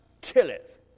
killeth